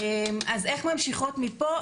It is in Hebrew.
אז איך ממשיכות מפה,